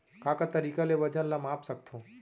का का तरीक़ा ले वजन ला माप सकथो?